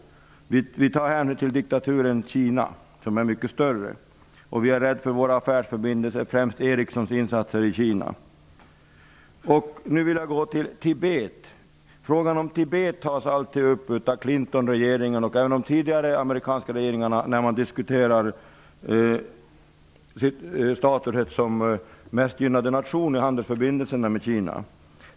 Vi tar hänsyn till diktaturen Kina, som är mycket större, och vi är rädda om våra affärsförbindelser, främst Ericssons insatser i Kina. Nu vill jag övergå till Tibet. Frågan om Tibet tas alltid upp av Clintonregeringen, och den togs upp även av de tidigare amerikanska regeringerna, i diskussioner om statusen som ''mest gynnad nation'' och handelsförbindelser med Kina.